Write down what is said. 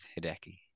Hideki